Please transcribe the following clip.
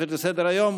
תוספת לסדר-היום,